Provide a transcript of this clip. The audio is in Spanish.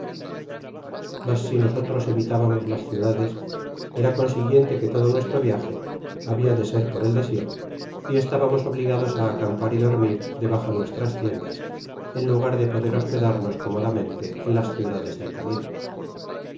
mas si nosotros evitábamos las ciudades era consiguiente que todo nuestra viaje habia de ser por el desierto y estábamos obligados acampar y dormir debajo nuestras tiendas en lugar de poder hospedarnos cómodamente en las ciudades del camino